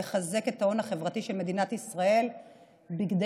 לחזק את ההון החברתי של מדינת ישראל כדי